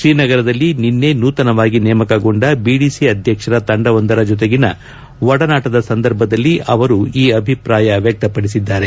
ತ್ರೀನಗರದಲ್ಲಿ ನಿನ್ನೆ ನೂತನವಾಗಿ ನೇಮಕಗೊಂಡ ಬಿಡಿಸಿ ಅಧ್ಯಕ್ಷರ ತಂಡವೊಂದರ ಜೊತೆಗಿನ ಒಡನಾಟದ ಸಂದರ್ಭದಲ್ಲಿ ಅವರು ಈ ಅಭಿಪ್ರಾಯ ವ್ಯಕ್ತಪಡಿಸಿದ್ದಾರೆ